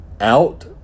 out